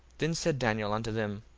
then said daniel unto them,